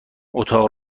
اتاق